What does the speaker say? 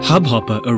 Hubhopper